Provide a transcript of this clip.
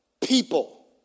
people